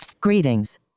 Greetings